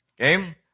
Okay